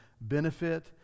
benefit